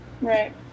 Right